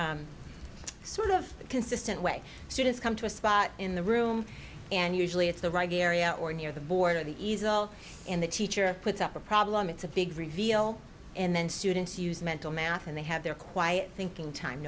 very sort of consistent way students come to a spot in the room and usually it's the rug area or near the border the easel in the teacher puts up a problem it's a big reveal and then students use mental math and they have their quiet thinking time